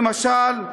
למשל,